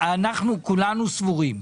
אנחנו כולנו סבורים,